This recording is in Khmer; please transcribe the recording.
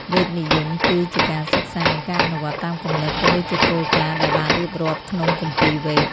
វេទនិយម គឺជាការសិក្សា និងការអនុវត្តតាមគំនិត ក៏ដូចជាគោលការណ៍ដែលបានរៀបរាប់ក្នុង គម្ពីរវេទ។